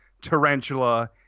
Tarantula